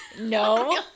No